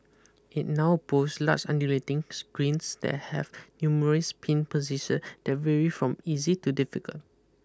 it now boss large undulating screens that have numerous pin position that vary from easy to difficult